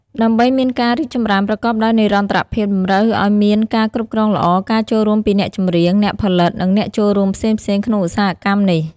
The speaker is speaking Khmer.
ដើម្បីមានការរីកចម្រើនប្រកបដោយនិរន្តរភាព តម្រូវឲ្យមានការគ្រប់គ្រងល្អ ការចូលរួមពីអ្នកចម្រៀង អ្នកផលិត និងអ្នកចូលរួមផ្សេងៗក្នុងឧស្សាហកម្មនេះ។